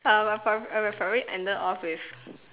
I would I would have probably ended off with